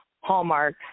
Hallmark